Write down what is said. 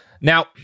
Now